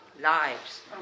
lives